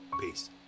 Peace